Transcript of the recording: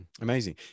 amazing